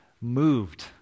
moved